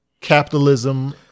capitalism